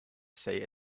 say